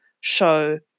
show